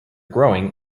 growing